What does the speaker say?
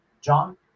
John